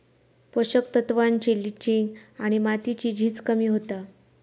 पोषक तत्त्वांची लिंचिंग आणि मातीची झीज कमी होता